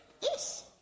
Yes